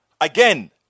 Again